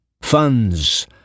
Funds